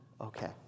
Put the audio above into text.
Okay